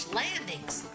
landings